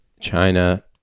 China